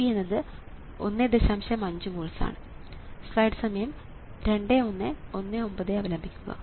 5 volts ആണ്